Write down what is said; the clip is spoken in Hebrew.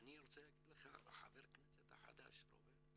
ואני רוצה להגיד לחבר הכנסת החדש רוברט,